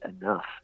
enough